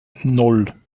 nan